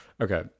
Okay